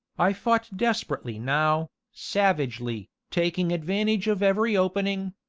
i fought desperately now, savagely, taking advantage of every opening,